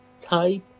type